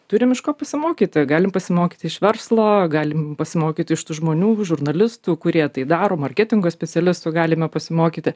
turim iš ko pasimokyti galim pasimokyti iš verslo galim pasimokyti iš tų žmonių žurnalistų kurie tai daro marketingo specialistų galime pasimokyti